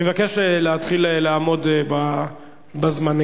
אני מבקש להתחיל לעמוד בזמנים,